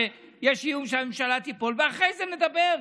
שיש איום שהממשלה תיפול ואחרי זה נדבר.